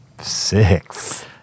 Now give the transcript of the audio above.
six